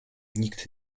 nikt